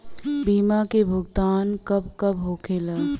बीमा के भुगतान कब कब होले?